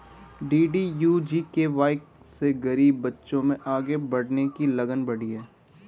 DDU GKY से गरीब बच्चों में आगे बढ़ने की लगन बढ़ी है